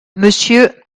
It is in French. monsieur